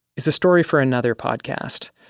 is a story for another podcast.